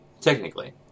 technically